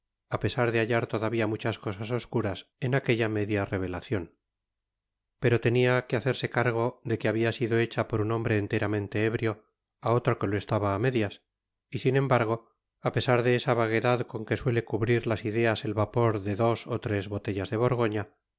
pesar de hallar todavía muchas cosas oscuras en aquella media revelacion pero tenia que hacerse cargo de que habia sido hecha por un hombre enteramente ébrio á otro que lo estaba á medias y sin embargo á pesar de esa vaguedad con que suele cubrir las ideas el vapor de dos ó tres botellas de borgoña